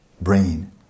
brain